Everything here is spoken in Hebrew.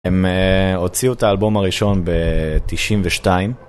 הם הוציאו את האלבום הראשון ב-92